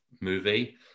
movie